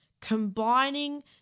combining